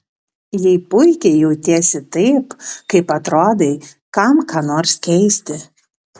jei puikiai jautiesi taip kaip atrodai kam ką nors keisti